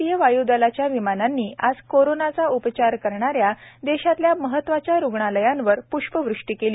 भारतीय वाय्दलाच्या विमानांनी आज कोरोनाचा उपचार करणाऱ्या देशातल्या महत्वाच्या रुग्णालयांवर प्ष्पवृष्टी केली